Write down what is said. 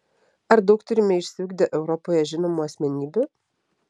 ar daug turime išsiugdę europoje žinomų asmenybių